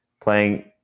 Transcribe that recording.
playing